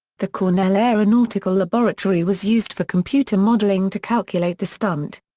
the cornell aeronautical laboratory was used for computer modeling to calculate the stunt.